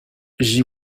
j’y